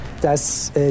dass